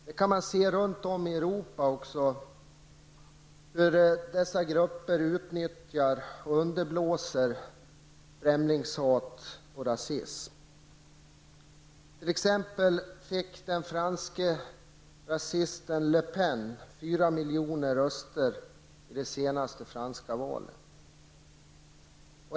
Runt om i Europa kan man se exempel på hur sådana grupper utnyttjar och underblåser främlingshat och rasism. Den franske rasisten Le Pen fick t.ex. 4 miljoner röster i det senaste franska valet.